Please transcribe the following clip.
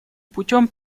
путем